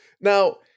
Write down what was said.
Now